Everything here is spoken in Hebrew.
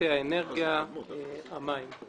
פרויקטי האנרגיה - המים.